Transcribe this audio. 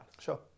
Sure